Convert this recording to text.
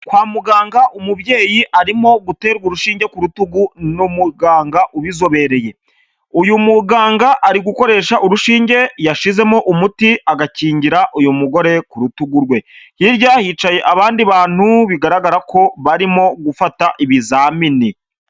Kwa muganga umubyeyi arimo guterwa urushinge ku rutugu n'umuganga ubizobereye. Uyu muganga ari gukoresha urushinge yashizemo umuti, agakingira uyu mugore ku rutugu rwe. Hirya hicaye abandi bantu, bigaragara ko barimo gufata ibizamini.